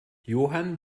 johann